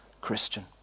Christian